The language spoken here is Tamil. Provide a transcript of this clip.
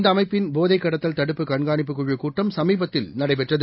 இந்த அமைப்பின் போதைக் கடத்தல் தடுப்பு கண்காணிப்பு குழு கூட்டம் சமீபத்தில் நடைபெற்றது